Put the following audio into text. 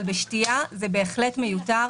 אבל בשתייה זה בהחלט מיותר